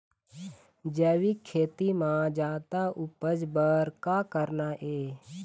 जैविक खेती म जादा उपज बर का करना ये?